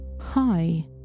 Hi